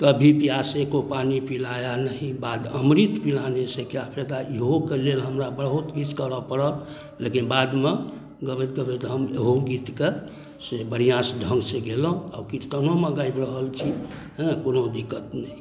कभी प्यासे को पानी पिलाया नहीँ बाद अमृत पिलाने से क्या फायदा इहोके लेल हमरा बहुत किछु करए पड़ल लेकिन बादमे गबैत गबैत हम ओहो गीतके से बढ़िआँसँ ढङ्गसँ गयलहुँ किर्तनोमे गाबि रहल छी हँ कोनो दिक्कत नहि